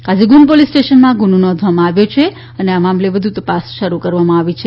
Qazigund police સ્ટેશનમાં ગુનો નોંધવામાં આવ્યો છે અને આ મામલે વધુ તપાસ શરૂ કરવામાં આવી છે